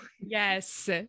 Yes